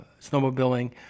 snowmobiling